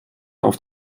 auf